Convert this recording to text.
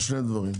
על שני דברים,